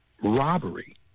robbery